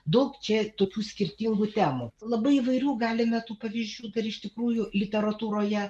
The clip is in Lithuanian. daug čia tokių skirtingų temų labai įvairių galime tų pavyzdžių dar iš tikrųjų literatūroje